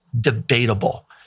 debatable